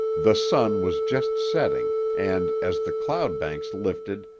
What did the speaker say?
the sun was just setting and, as the cloud-banks lifted,